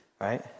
right